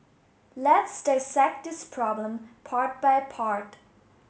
let's dissect this problem part by part